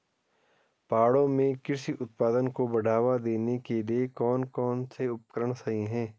पहाड़ों में कृषि उत्पादन को बढ़ावा देने के लिए कौन कौन से उपकरण सही हैं?